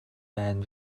байна